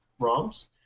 ROMs